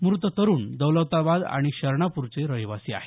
मृत तरूण दौलताबाद आणि शरणापूरचे रहिवासी आहेत